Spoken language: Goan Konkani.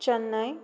चेन्नइ